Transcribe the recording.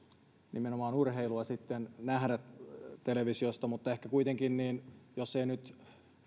nimenomaan urheilua sitten nähdä televisiosta mutta ehkä kuitenkin jos ei nyt